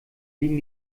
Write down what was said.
liegen